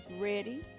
ready